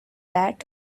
that